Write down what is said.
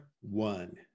one